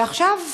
ועכשיו,